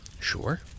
Sure